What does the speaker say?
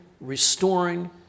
restoring